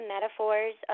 metaphors